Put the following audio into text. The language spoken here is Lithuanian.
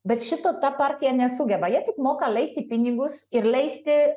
bet šito ta partija nesugeba jie tik moka leisti pinigus ir leisti